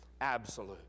absolute